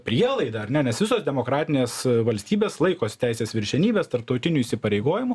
prielaida ar ne nes visos demokratinės valstybės laikosi teisės viršenybės tarptautinių įsipareigojimų